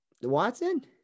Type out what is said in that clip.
Watson